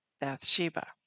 Bathsheba